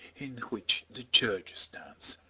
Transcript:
in which the church stands.